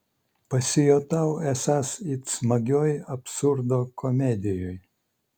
pasijutau esąs it smagioj absurdo komedijoj